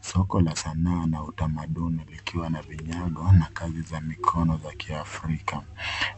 Soko la sanaa na utamaduni likiwa na vinyago, na kazi za mikono za kiafrika.